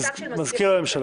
מכתב של מזכיר הממשלה.